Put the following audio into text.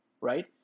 right